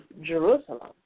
Jerusalem